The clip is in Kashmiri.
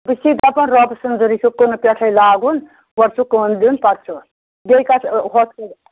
بہٕ چھِسَے دَپَان رۄبہٕ سٔنٛز دٔرۍ چھُ کٕنہٕ پٮ۪ٹھَے لاگُن گۄڈٕ سُہ کٕن دیُن پَتہٕ چھُ بیٚیہِ کَتھ ہوٚتھ